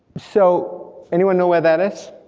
so, anyone know where that is?